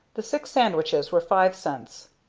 the six sandwiches were five cents,